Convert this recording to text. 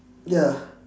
ya